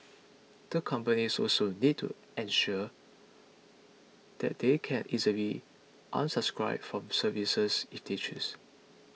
the companies also need to ensure that they can easily unsubscribe from services if they choose